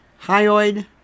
Hyoid